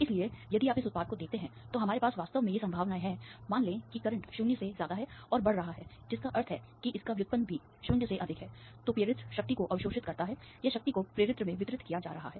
इसलिए यदि आप इस उत्पाद को देखते हैं तो हमारे पास वास्तव में ये संभावनाएं हैं मान लें कि करंट 0 और बढ़ रहा है जिसका अर्थ है कि इसका व्युत्पन्न भी 0 से अधिक है तो प्रेरित्र शक्ति को अवशोषित करता है या शक्ति को प्रेरित्र में वितरित किया जा रहा है